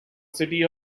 city